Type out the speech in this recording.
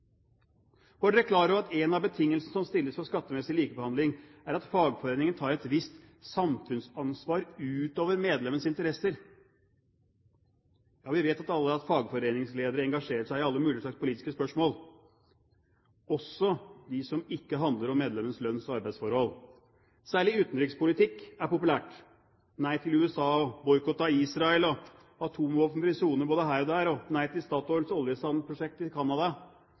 klar over at en av betingelsene som stilles for skattemessig likebehandling, er at fagforeningen tar et visst samfunnsansvar utover medlemmenes interesser? Ja, vi vet alle at fagforeningsledere engasjerer seg i alle mulige slags politiske spørsmål, også de som ikke handler om medlemmenes lønns- og arbeidsforhold. Særlig utenrikspolitikk er populært: Nei til USA, boikott av Israel, atomvåpenfri sone både her og der, nei til Statoils oljesandprosjekt i Canada,